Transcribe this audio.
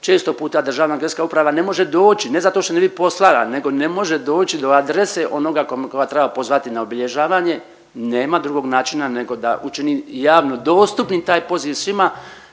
često puta Državna geodetska uprava ne može doći, ne zato što ne bi postojala, nego ne može doći do adrese onoga koga treba pozvati na obilježavanje nema drugog načina nego da učini javno dostupni taj poziv svima,